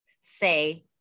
say